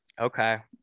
Okay